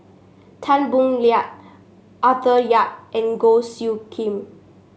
Tan Boo Liat Arthur Yap and Goh Soo Khim